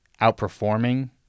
outperforming